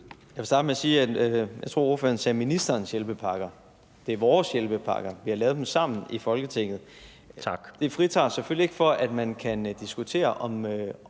Jeg vil starte med at sige, at jeg tror, at ordføreren sagde: ministerens hjælpepakker. Det er vores hjælpepakker. Vi har lavet dem sammen i Folketinget. Det fritager os selvfølgelig ikke for, at man kan diskutere,